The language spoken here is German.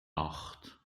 acht